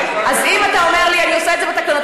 אז אם אתה אומר לי אני עושה את זה בתקנות,